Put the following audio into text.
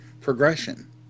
progression